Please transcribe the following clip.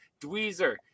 Dweezer